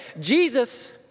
Jesus